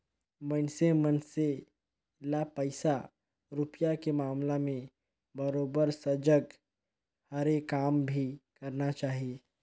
मइनसे मन से ल पइसा रूपिया के मामला में बरोबर सजग हरे काम भी करना चाही